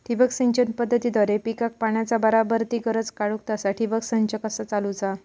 ठिबक सिंचन पद्धतीद्वारे पिकाक पाण्याचा बराबर ती गरज काडूक तसा ठिबक संच कसा चालवुचा?